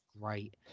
great